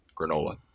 granola